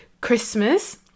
christmas